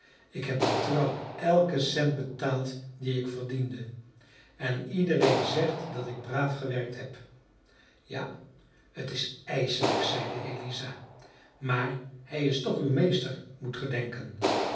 ik heb hem trouw elken cent betaald dien ik verdiende en iedereen zegt dat ik braaf gewerkt heb ja het is ijselijk zeide eliza maar hij is toch uw meester moet